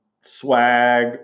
swag